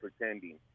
pretending